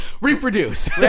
Reproduce